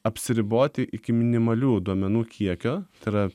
apsiriboti iki minimalių duomenų kiekio tai yra